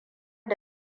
da